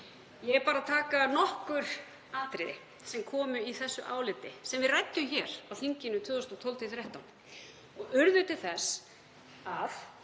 Ég er bara að taka nokkur atriði sem komu fram í því áliti sem við ræddum hér á þinginu 2012–2013 og urðu til þess að